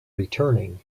returning